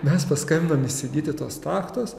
mes paskambinom įsigyti tos tachtos